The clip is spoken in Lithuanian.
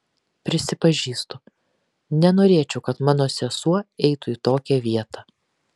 prisipažįstu nenorėčiau kad mano sesuo eitų į tokią vietą